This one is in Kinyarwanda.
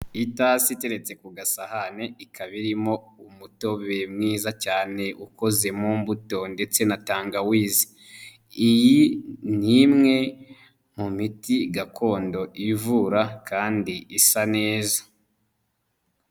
Itasi iteretse ku gasahane ikaba irimo umutobe mwiza cyane ukoze mu mbuto ndetse na tangawizi iyi ni imwe mu miti gakondo ivura kandi isa neza.